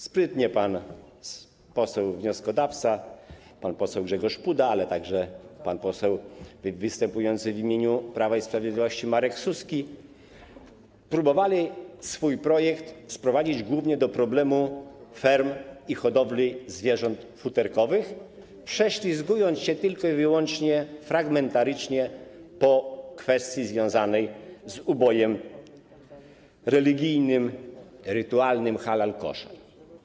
Sprytnie pan poseł wnioskodawca Grzegorz Puda, ale także występujący w imieniu Prawa i Sprawiedliwości pan poseł Marek Suski próbowali swój projekt sprowadzić głównie do problemu ferm i hodowli zwierząt futerkowych, prześlizgując się tylko i wyłącznie fragmentarycznie po kwestii związanej z ubojem religijnym, rytualnym - halal, koszer.